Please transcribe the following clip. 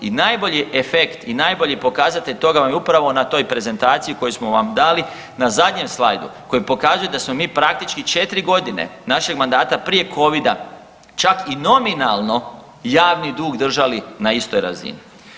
I najbolji efekt i najbolji pokazatelj toga vam je upravo na toj prezentaciji koju smo vam dali na zadnjem slajdu koji pokazuje da smo mi praktički 4 godine našeg mandata prije Covida čak i nominalno javni dug držali na istoj razini.